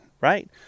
right